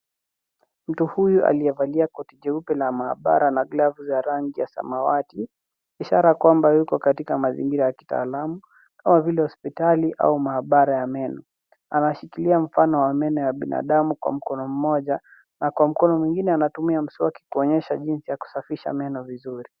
Mtu huyu aliyevalia koti jeupe la maabara na glovu za rangi ya samawati, ishara kwamba yuko katika mazingira ya kitaalamu au vile hospitali au maabari ya meno. Anashikilia mfano wa meno ya binadamu kwa mkono moja na kwa mkono mwingine anatumia mswaki kuonyesha jinsi ya kusafisha meno vizuri.